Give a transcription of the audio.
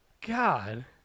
God